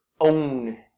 own